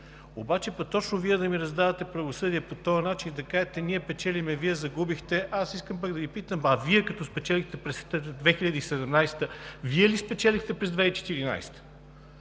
Обаче пък точно Вие да ми раздавате правосъдие по този начин, да кажете: „Ние печелим, Вие загубихте!“, аз искам пък да Ви питам: а Вие като спечелихте през 2017 г., Вие ли спечелихте през 2014